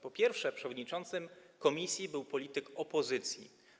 Po pierwsze, przewodniczącym komisji był polityk opozycji.